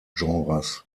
genres